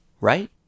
right